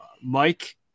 Mike